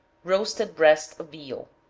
roasted breast of veal.